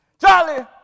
Charlie